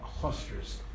clusters